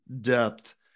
depth